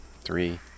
Three